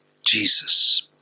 Jesus